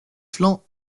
flancs